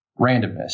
randomness